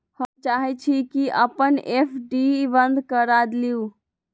हम चाहई छी कि अपन एफ.डी बंद करा लिउ